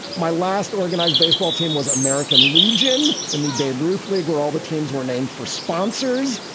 my last organized baseball team was american legion and the babe ruth league, where all the teams were named for sponsors.